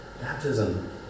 Baptism